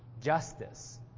justice